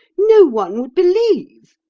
no one would believe,